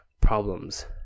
problems